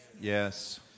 Yes